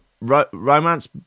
romance